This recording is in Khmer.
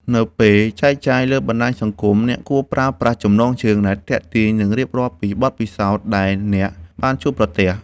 នៅពេលចែកចាយលើបណ្ដាញសង្គម អ្នកគួរប្រើប្រាស់ចំណងជើងដែលទាក់ទាញ និងរៀបរាប់ពីបទពិសោធន៍ដែលអ្នកបានជួបប្រទះ។